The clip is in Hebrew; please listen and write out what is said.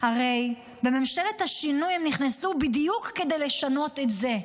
הרי בממשלת השינוי הם נכנסו בדיוק כדי לשנות את זה,